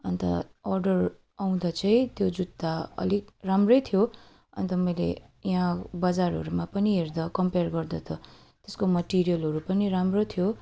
अन्त अर्डर आउँदा चाहिँ त्यो जुत्ता अलिक राम्रै थियो अन्त मैले यहाँ बजारहरूमा पनि हेर्दा कम्पेयर गर्दा त त्यसको मेटेरियलहरू पनि राम्रो थियो